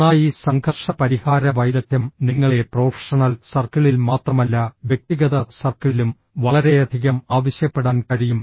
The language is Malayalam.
നന്നായി സംഘർഷ പരിഹാര വൈദഗ്ദ്ധ്യം നിങ്ങളെ പ്രൊഫഷണൽ സർക്കിളിൽ മാത്രമല്ല വ്യക്തിഗത സർക്കിളിലും വളരെയധികം ആവശ്യപ്പെടാൻ കഴിയും